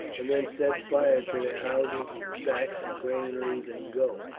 and then set fire to their houses and stacks and granaries and go.